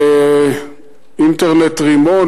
אינטרנט "רימון",